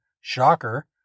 shocker